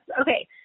okay